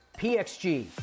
PXG